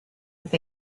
with